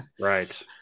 Right